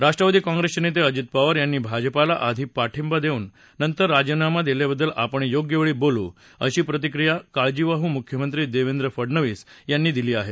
राष्ट्रवादी काँग्रेसचे नेते अजित पवार यांनी भाजपाला आधी पाठिंबा देऊन नंतर राजीनामा दिल्याबद्दल आपण योग्यवेळी बोलू अशी प्रतिक्रिया काळजीवाहू मुख्यमंत्री देवेंद्र फडणवीस यांनी दिली आहे